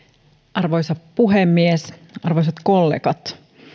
arvoisa puhemies arvoisat kollegat